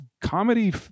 comedy –